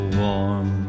warm